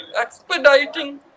expediting